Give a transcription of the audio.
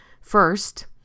First